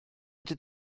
ydy